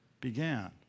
began